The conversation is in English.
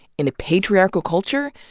in a patriarchal culture,